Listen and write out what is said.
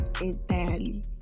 entirely